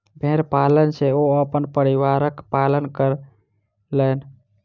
भेड़ पालन सॅ ओ अपन परिवारक पालन कयलैन